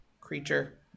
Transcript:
creature